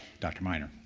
dr. minor.